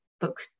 book